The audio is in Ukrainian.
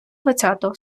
двадцятого